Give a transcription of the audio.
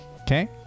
Okay